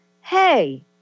hey